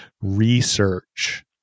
research